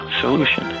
Solution